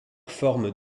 forme